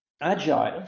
Agile